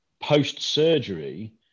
post-surgery